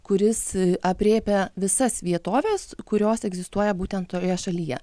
kuris aprėpia visas vietoves kurios egzistuoja būtent toje šalyje